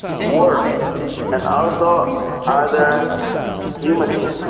work and also other human needs,